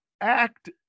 act